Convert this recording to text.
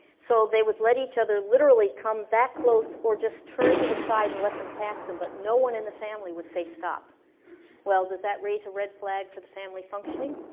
so they would let each other literally come that close or just turn to the side and let them pass them but no one in the family would say stop well does that raise a red flag for the family functioning?